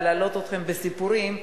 להלאות אתכם בסיפורים,